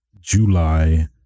July